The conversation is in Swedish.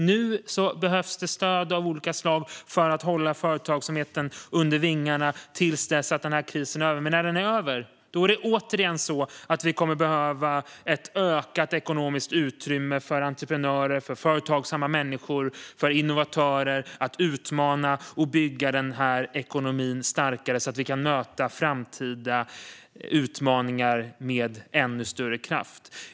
Nu behövs det stöd av olika slag för att hålla företagsamheten under vingarna till dess att krisen är över, men när den är över kommer vi återigen att behöva ett ökat ekonomiskt utrymme för entreprenörer, företagsamma människor och innovatörer att utmana och bygga ekonomin starkare, så att vi kan möta framtida utmaningar med ännu större kraft. Fru talman!